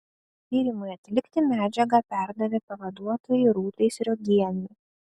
tyrimui atlikti medžiagą perdavė pavaduotojai rūtai sriogienei